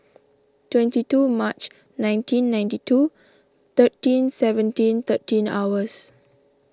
twenty two March nineteen ninety two thirteen seventeen thirteen hours